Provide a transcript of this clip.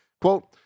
Quote